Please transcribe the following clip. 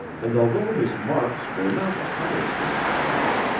and although his marks were not the highest in his class,